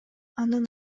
анын